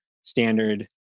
standard